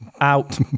Out